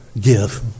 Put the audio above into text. give